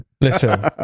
Listen